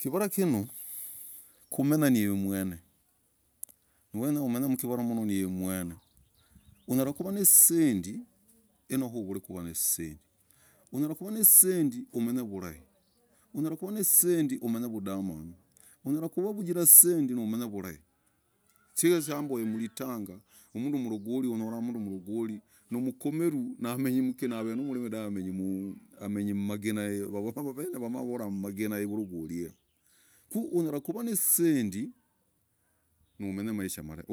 Kivarah kunoo kumenyah niveemwene, noenyah umeny mkivarah mmnoo niv mwene unyalah kuvaa nazisendii. ninoo unyalah kuv nazisendii, unyalah kuvaa nazisendii kuu, umeny vulai unyalah kuvaa nazisendii umeny vundamanuu, unyalah kuvaa kujirah zisendii naumeny, vulai, chigirah chaambo mlitagah. mnduu, mlogoli unyolah, mnduu mlogoli mkomeruu. naven, mlimiii, dahv. amenyi. mmaginah hirah amenyi. m vigiimawavolah, mmaginah hirah. kuu, unyalah kuvaa nazisendii naumeny maisha malaii,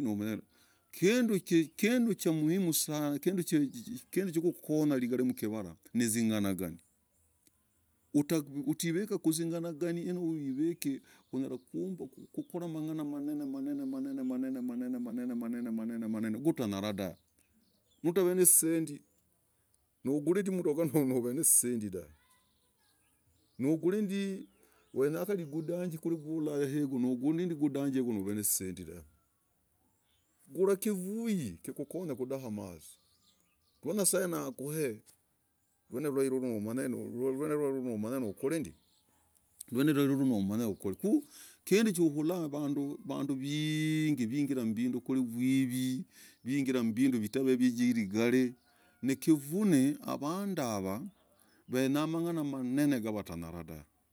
naumeny kindu kindii, kinduu. chamuimm. sana. kinduu. chakukonyah mligarii mkivarah. nizing'anani utativikah mzing'ananani. saigin. no ivek unyalah kukukolah mang'ana manene, manene, manene manene manene manene manene manene manene manene manene manene kutanyalaaah, dahvee. utav nisendii maugul ndii mdogah utakav nazisendii dahv maugul ndii. gundangiiku maa, unazisendi dahv gulah kivuhii ikukony kudaamazii rwaah, nye'saee. nakw. nomany, gweneugwoo. maa, ukorendii, rweneurah no. manye. ukoree. kuu, kinduu. choulah. vanduu. viingii. wagiliikuivii. wigilah. mvinduu. tageyakirigarii, nikivune, vanduu yavaa, wenyah mang'ana manene. watakanyalah, dahvee.